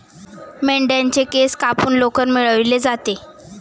मेंढ्यांच्या केस कापून लोकर मिळवली जाते